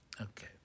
Okay